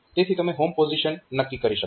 તેથી તમે home position નક્કી કરી શકો છો